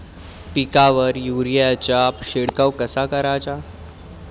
पिकावर युरीया चा शिडकाव कसा कराचा?